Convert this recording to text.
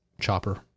chopper